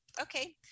Okay